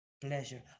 pleasure